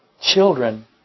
children